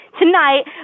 tonight